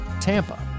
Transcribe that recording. Tampa